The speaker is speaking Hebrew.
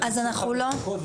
וכך צריך לקרוא לו,